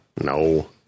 No